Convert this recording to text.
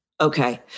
Okay